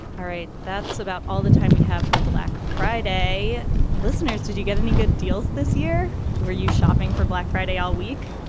all right. that's about all the time we have for black friday listeners. did you get any good deals this year? were you shopping for black friday all week?